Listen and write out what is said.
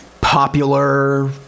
popular